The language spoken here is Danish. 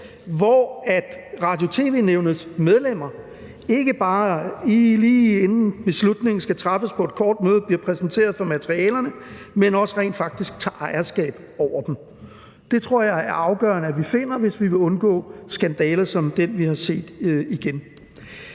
hvor Radio- og tv-nævnets medlemmer ikke bare på et kort møde, lige inden beslutningen skal tages, bliver præsenteret for materialerne, men også rent faktisk tager ejerskab over dem. Den model tror jeg er afgørende at vi finder, hvis vi vil undgå igen at se skandaler som den, vi har set.